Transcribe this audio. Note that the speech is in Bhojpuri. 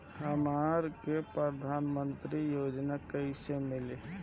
हमरा के प्रधानमंत्री योजना कईसे मिली?